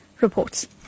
reports